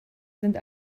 sind